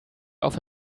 off